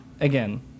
again